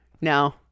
No